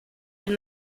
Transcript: had